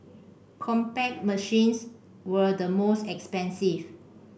Compaq machines were the most expensive